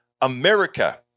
America